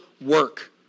work